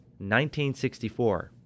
1964